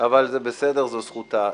זו זכותה.